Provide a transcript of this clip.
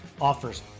offers